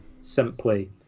simply